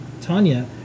Tanya